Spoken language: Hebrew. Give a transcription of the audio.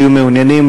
שיהיו מעוניינים,